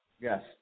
Yes